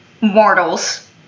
mortals